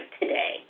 today